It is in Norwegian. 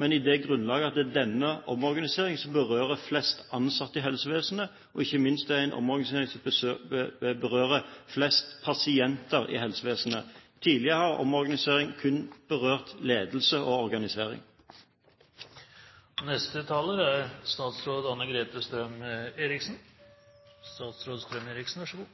men på grunn av at det er denne omorganiseringen som berører flest ansatte i helsevesenet, og ikke minst er det den omorganisering som berører flest pasienter i helsevesenet. Tidligere har omorganiseringer kun berørt ledelse og organisering. La meg først slå fast at hensynet til pasienter og kvaliteten i pasientbehandlingen er